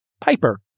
Piper